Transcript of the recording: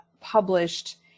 published